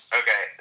okay